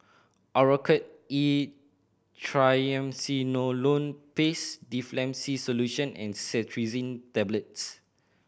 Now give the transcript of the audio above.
Oracort E Triamcinolone Paste Difflam C Solution and Cetirizine Tablets